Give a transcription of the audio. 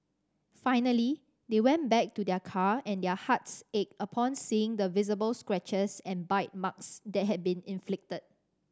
finally they went back to their car and their hearts ached upon seeing the visible scratches and bite marks that had been inflicted